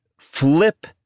flip